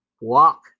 Walk